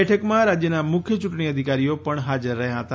બેઠકમાં રાજ્યના મુખ્ય ચૂંટણી અધિકારીઓ પણ હાજર રહ્યા હતા